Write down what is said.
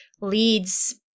leads